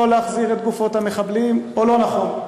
להחזיר את גופות המחבלים או לא נכון.